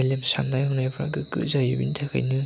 मेलेम साननाय हनायफ्रा गोग्गो जायो बेनि थाखायनो